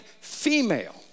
female